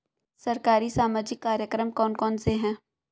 सरकारी सामाजिक कार्यक्रम कौन कौन से हैं?